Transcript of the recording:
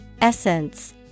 Essence